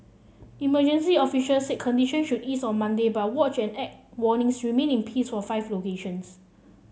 emergency officials said condition should ease on Monday but watch and act warnings remained in peace for five locations